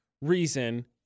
reason